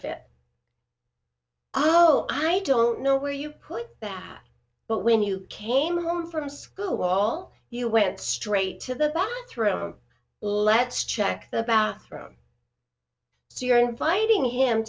fit oh i don't know where you put that but when you came home from school well you went straight to the bathroom let's check the bathroom so you're inviting him